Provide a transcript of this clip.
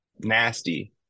nasty